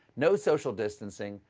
no social distancing,